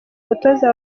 umutoza